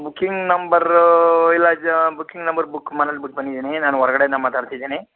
booking number ಇಲ್ಲ ಜ booking number book ಮನೇಲಿ ಬಿಟ್ಟು ಬಂದಿದ್ದೀನಿ ನಾನು ಹೊರ್ಗಡೆಯಿಂದ ಮಾತಾಡ್ತಿದ್ದೀನಿ